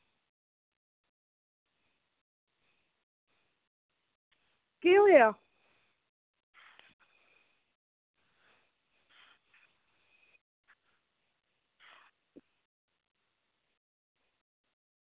केह् होआ